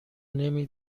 نمی